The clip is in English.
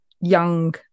young